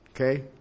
Okay